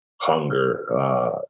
hunger